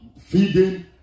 feeding